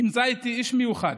נמצא איתי איש מיוחד,